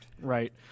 right